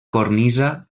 cornisa